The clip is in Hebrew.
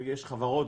ויש חברות,